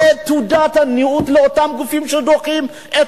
זו תעודת עניות לאותם גופים שדוחים את